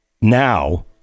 now